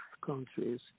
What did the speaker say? countries